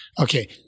Okay